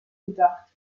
gedacht